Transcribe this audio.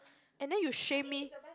and then you shame me